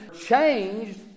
changed